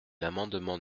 l’amendement